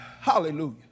Hallelujah